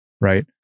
right